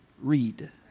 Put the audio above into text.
read